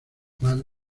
mal